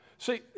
See